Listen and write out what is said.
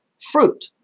fruit